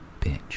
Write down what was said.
bitch